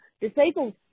disabled